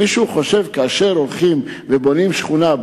האם מישהו חושב, כאשר מרחיבים שכונה,